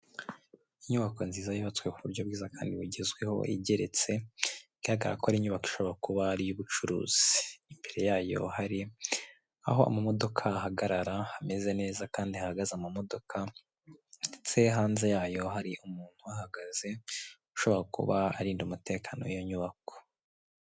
Inyubako nziza yubatswe ku buryo bwiza kandi bugezweho igeretse, igaragara ko ari inyubako ishobora kuba ari iy'ubucuruzi. Imbere yayo hari aho amamodoka ahagarara hameze neza kandi hahagaze amamodoka, ndetse hanze yayo hari umuntu uhagaze, ushobora kuba arinda umutekano w'iyo nyubako.